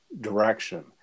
direction